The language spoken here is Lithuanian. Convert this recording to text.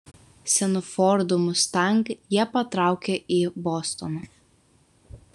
senu fordu mustang jie patraukė į bostoną